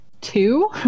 Two